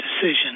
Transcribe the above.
decision